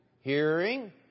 hearing